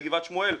לגבעת שמואל.